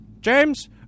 James